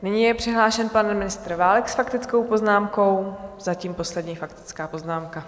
Nyní je přihlášen pan ministr Válek s faktickou poznámkou, zatím poslední faktická poznámka.